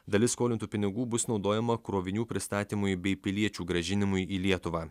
dalis skolintų pinigų bus naudojama krovinių pristatymui bei piliečių grąžinimui į lietuvą